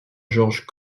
george